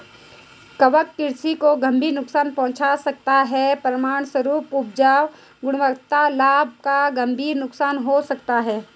कवक कृषि को गंभीर नुकसान पहुंचा सकता है, परिणामस्वरूप उपज, गुणवत्ता, लाभ का गंभीर नुकसान हो सकता है